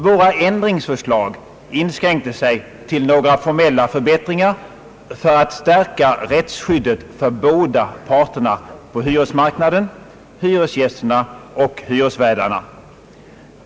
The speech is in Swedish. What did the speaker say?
Våra ändringsförslag inskränkte sig till några formella förbättringar för att stärka rättsskyddet för båda parterna på hyresmarknaden, hyresgästerna och hyresvärdarna.